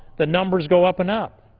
the numbers go up and up.